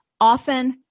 often